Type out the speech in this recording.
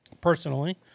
personally